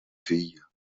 fille